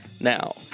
Now